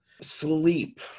Sleep